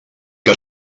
que